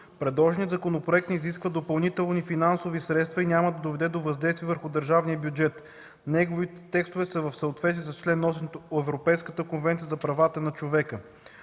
Предложеният законопроект не изисква допълнителни финансови средства и няма да доведе до въздействие върху държавния бюджет. Неговите текстове са в съответствие с чл. 8 от Европейската конвенция за правата на човека.